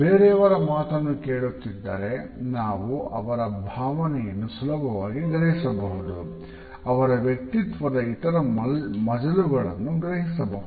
ಬೇರೆಯವರ ಮಾತನ್ನು ಕೇಳುತ್ತಿದ್ದರೆ ನಾವು ಅವರ ಭಾವನೆಯನ್ನು ಸುಲಭವಾಗಿ ಗ್ರಹಿಸಬಹುದು ಹಾಗು ಅವರ ವ್ಯಕ್ತಿತ್ವದ ಇತರ ಮಜಲುಗಳನ್ನು ಗ್ರಹಿಸಬಹುದು